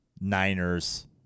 Niners